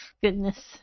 goodness